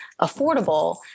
affordable